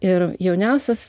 ir jauniausias